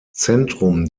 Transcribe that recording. zentrum